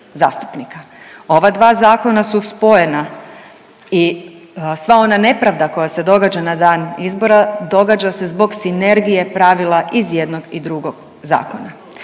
Ova dva zakona su spojena i sva ona nepravda koja se događa na dan izbora događa se zbog sinergije pravila iz jednog i drugog zakona,